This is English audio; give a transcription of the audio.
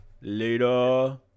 later